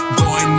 boy